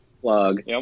plug